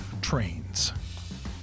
trains